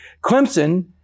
Clemson